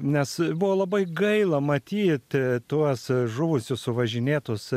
nes buvo labai gaila matyt tuos žuvusius suvažinėtus